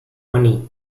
money